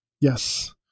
Yes